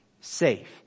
safe